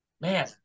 man